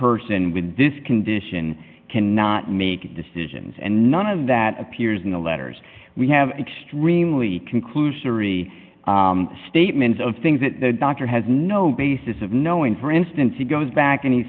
person with this condition cannot make decisions and none of that appears in the letters we have extremely conclusory statements of things that the doctor has no basis of knowing for instance he goes back and he